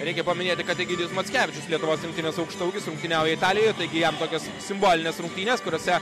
reikia paminėti kad egidijus mockevičius lietuvos rinktinės aukštaūgis rungtyniauja italijoje taigi jam tokios simbolinės rungtynės kuriose